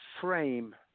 frame